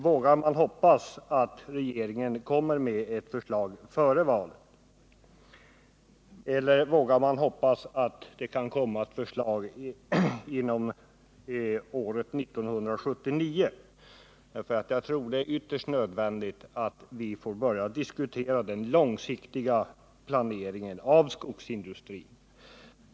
Vågar vi hoppas att regeringen kommer med ett förslag före valet, eller vågar vi hoppas att ett förslag kan komma inom året 1979? Jag tror det är ytterst viktigt att vi får börja diskutera den långsiktiga planeringen av skogsindustrin.